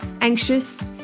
anxious